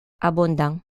abondant